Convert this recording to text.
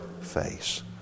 face